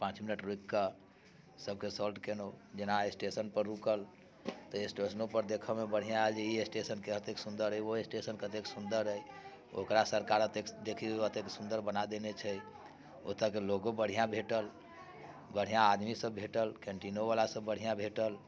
पाँच मिनट रुकि कऽ सभकेँ सोर्ट कयलहुँ जेना स्टेशन पर रूकल तऽ स्टेशनो पर देखऽमे बढ़िआँ जे ई स्टेशन एतेक सुंदर अछि ओ स्टेशन कतेक सुंदर अछि ओकरा सरकार एतेक देखियो एतेक सुंदर बना देने छै ओतहुके लोको बढ़िआँ भेटल बढ़िआँ आदमी सभ भेटल कैन्टीनो बला सभ बढ़िआँ सभ भेटल